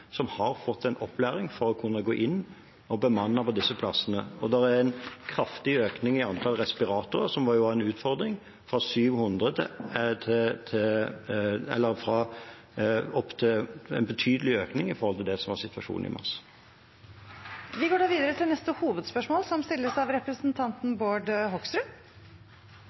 som har fått en opplæring for å kunne gå inn og bemanne på disse plassene. Det er en kraftig økning i antall respiratorer, som også var en utfordring – en betydelig økning i forhold til det som var situasjonen i mars. Vi går da videre til neste hovedspørsmål.